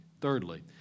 Thirdly